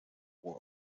threat